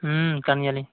ᱦᱩᱸ ᱠᱟᱹᱢᱤᱭᱟᱞᱤᱧ